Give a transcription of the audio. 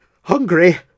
hungry